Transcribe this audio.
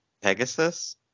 Pegasus